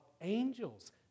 angels